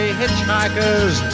hitchhikers